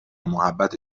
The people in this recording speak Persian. محبت